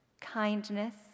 kindness